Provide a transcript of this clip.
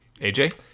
AJ